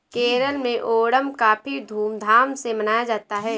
केरल में ओणम काफी धूम धाम से मनाया जाता है